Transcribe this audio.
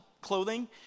clothing